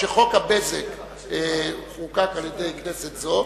כשחוק הבזק חוקק על-ידי כנסת זו,